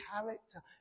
character